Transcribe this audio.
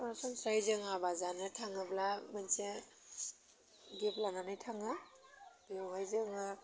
सरासन्स्रायै जों हाबा जानो थाङोब्ला मोनसे गिफ्त लानानै थाङो बेवहाय जोङो